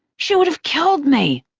she would have killed me!